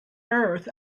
earth